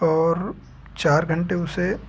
और चार घंटे उसे